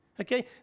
Okay